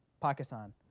Pakistan